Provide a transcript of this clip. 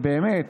באמת